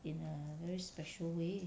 in a very special way